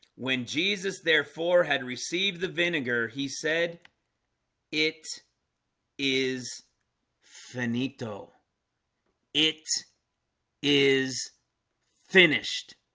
when jesus therefore had received the vinegar he said it is finito it is finished